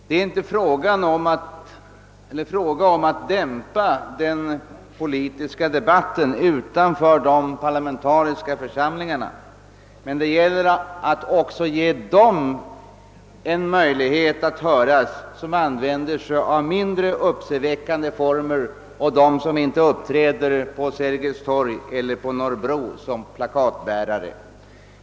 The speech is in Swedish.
Det är inte fråga om att dämpa den politiska debatten utanför de parlamentariska församlingarna, men det gäller att också ge dem möjligheter att göra sig hörda som använder sig av mindre uppseendeväckande former och inte uppträder på Sergels torg eller Norrbro som plakatbärare.